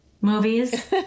movies